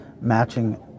matching